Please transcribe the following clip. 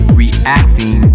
reacting